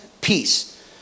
peace